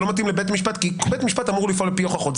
זה לא מתאים לבית משפט כי בית משפט אמור לפעול על פי הוכחות.